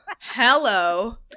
Hello